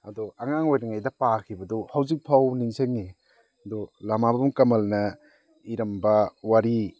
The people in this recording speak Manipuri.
ꯑꯗꯣ ꯑꯉꯥꯡ ꯑꯣꯏꯔꯤꯉꯩꯗ ꯄꯥꯈꯤꯕꯗꯨ ꯍꯧꯖꯤꯛꯐꯥꯎ ꯅꯤꯡꯁꯪꯢ ꯑꯗꯣ ꯂꯥꯃꯥꯕꯝ ꯀꯃꯜꯅ ꯏꯔꯝꯕ ꯋꯥꯔꯤ